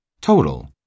Total